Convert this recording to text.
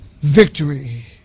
Victory